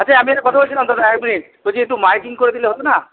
আচ্ছা আমি একটা কথা বলছিলাম দাদা এক মিনিট বলছি একটু মাইকিং করে দিলে হত না